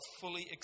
fully